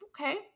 okay